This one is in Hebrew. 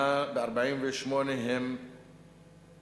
ב-1948 היו